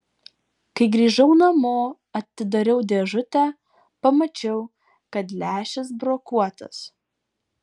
kai grįžau namo atidariau dėžutę pamačiau kad lęšis brokuotas